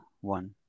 one